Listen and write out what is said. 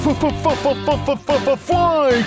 fly